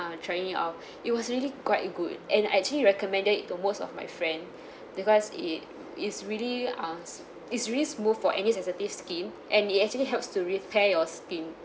uh trying it out it was really quite good and I actually recommended it to most of my friend because it is really uh is really smooth for any sensitive skin and it actually helps to repair your skin